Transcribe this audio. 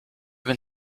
been